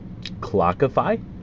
clockify